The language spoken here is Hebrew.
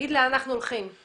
תגיד לאן אנחנו הולכים.